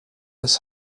his